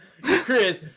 Chris